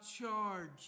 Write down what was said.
charge